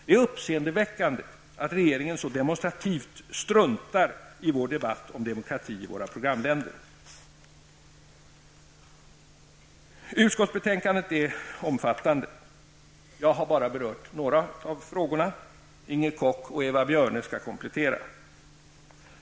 Det är uppseendeväckande att regeringen så demonstrativt struntar i vår debatt om demokrati i våra programländer. Utskottsbetänkandet är omfattande. Jag har berört enbart några av frågorna. Inger Koch och Eva Björne skall komplettera.